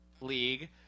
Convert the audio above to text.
league